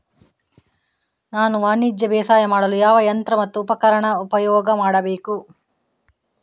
ನಾನು ವಾಣಿಜ್ಯ ಬೇಸಾಯ ಮಾಡಲು ಯಾವ ಯಂತ್ರ ಮತ್ತು ಉಪಕರಣ ಉಪಯೋಗ ಮಾಡಬೇಕು?